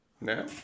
Now